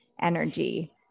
energy